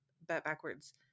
backwards